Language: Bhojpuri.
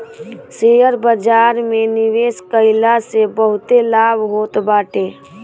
शेयर बाजार में निवेश कईला से बहुते लाभ होत बाटे